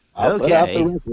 Okay